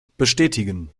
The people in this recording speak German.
bestätigen